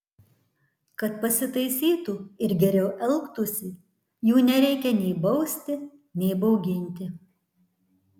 kad pasitaisytų ir geriau elgtųsi jų nereikia nei bausti nei bauginti